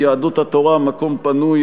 יהדות התורה: מקום פנוי.